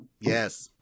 Yes